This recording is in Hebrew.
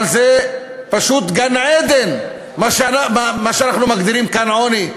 אבל זה פשוט גן-עדן, מה שאנחנו מגדירים כאן עוני,